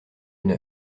une